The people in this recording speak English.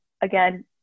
again